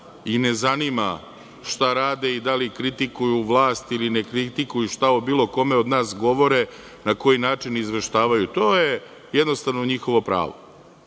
i ne zanima šta rade i da li kritikuju vlast ili ne kritikuju, šta o bilo kome od nas govore, na koji način izveštavaju. To je njihovo pravo.